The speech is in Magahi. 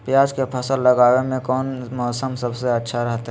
प्याज के फसल लगावे में कौन मौसम सबसे अच्छा रहतय?